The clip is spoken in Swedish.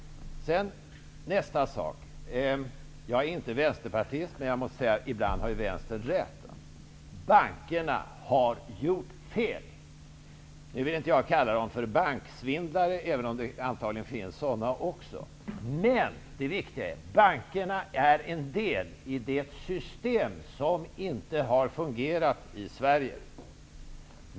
Jag är inte vänsterpartist. Men ibland har Vänstern rätt. Bankerna har gjort fel. Jag vill inte kalla dem för banksvindlare, även om det antagligen finns sådana också. Men bankerna är en del i det system som inte har fungerat i Sverige.